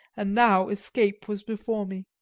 and now escape was before me.